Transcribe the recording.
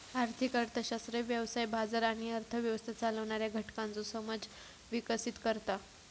आर्थिक अर्थशास्त्र व्यवसाय, बाजार आणि अर्थ व्यवस्था चालवणाऱ्या घटकांचो समज विकसीत करता